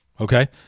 okay